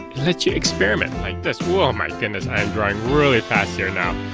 let you experiment like this. whoa my goodness, i'm drawing really fast here now